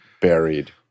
buried